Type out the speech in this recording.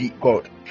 god